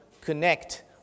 connect